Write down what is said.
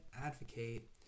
advocate